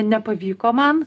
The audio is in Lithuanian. nepavyko man